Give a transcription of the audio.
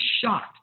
shocked